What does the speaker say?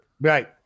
Right